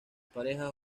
parejas